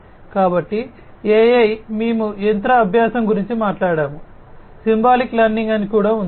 కాబట్టి AI మేము యంత్ర అభ్యాసం గురించి మాట్లాడాము సింబాలిక్ లెర్నింగ్ అని కూడా ఉంది